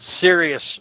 serious